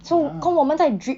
so 跟我们在 drip